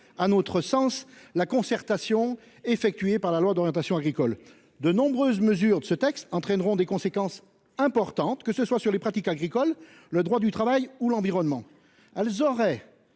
à notre sens la concertation effectué par la loi d'orientation agricole, de nombreuses mesures de ce texte entraîneront des conséquences importantes, que ce soit sur les pratiques agricoles. Le droit du travail ou l'environnement.